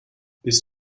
bist